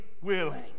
willing